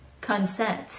consent